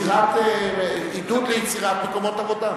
עידוד יצירת מקומות עבודה.